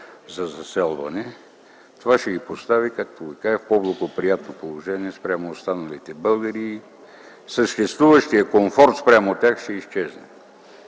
за заселване. Това ще ги постави, както казах, в по-благоприятно положение спрямо останалите българи и съществуващият комфорт спрямо тях ще изчезне.